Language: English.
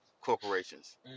corporations